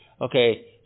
okay